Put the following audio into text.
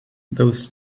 those